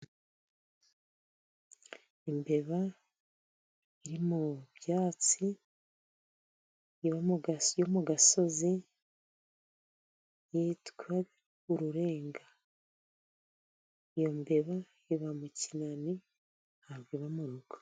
Imbeba iri mu byatsi iba mu gasozi, yo mu gasozi yitwa ururenga, iyo mbeba iba mu kinani, ntabwo iba mu rugo.